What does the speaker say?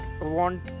want